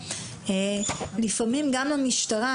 לפעמים גם למשטרה,